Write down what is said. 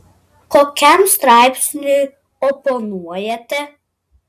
kokiam straipsniui oponuojate